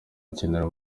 akenera